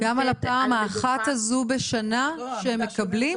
--- גם על הפעם האחת הזו בשנה שהם מקבלים,